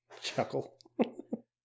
chuckle